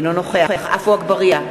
אינו נוכח עפו אגבאריה,